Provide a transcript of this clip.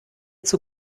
zur